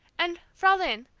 and, fraulein,